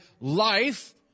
life